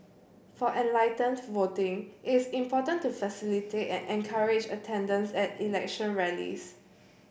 for enlightened voting it is important to facilitate and encourage attendance at election rallies